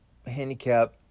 Handicap